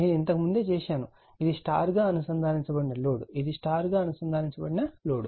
నేను ఇంతకు ముందే చేశాను ఇది స్టార్ గా అనుసంధానించబడిన లోడ్ ఇది స్టార్ గా అనుసంధానించబడిన లోడ్